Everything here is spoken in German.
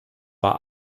war